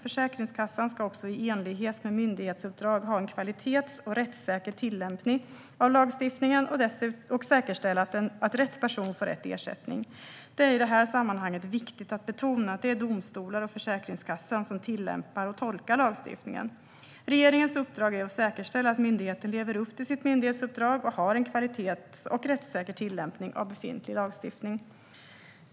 Försäkringskassan ska också i enlighet med sitt myndighetsuppdrag ha en kvalitets och rättssäker tillämpning av lagstiftningen och säkerställa att rätt person får rätt ersättning. Det är i detta sammanhang viktigt att betona att det är domstolar och Försäkringskassan som tillämpar och tolkar lagstiftningen. Regeringens uppdrag är att säkerställa att myndigheten lever upp till sitt myndighetsuppdrag och har en kvalitets och rättssäker tillämpning av befintlig lagstiftning.